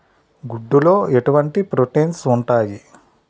గుడ్లు లో ఎటువంటి ప్రోటీన్స్ ఉంటాయి?